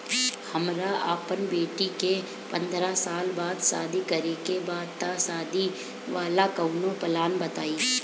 हमरा अपना बेटी के पंद्रह साल बाद शादी करे के बा त शादी वाला कऊनो प्लान बताई?